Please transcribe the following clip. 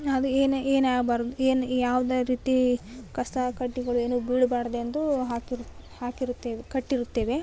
ಅದು ಏನೆ ಏನೆ ಆಗ್ಬಾರ್ದು ಏನು ಯಾವ್ದೇ ರೀತಿ ಕಸ ಕಡ್ಡಿಗಳು ಏನು ಬಿಳ್ಬಾರ್ದು ಎಂದು ಹಾಕಿರುತ್ತೇವೆ ಕಟ್ಟಿರುತ್ತೇವೆ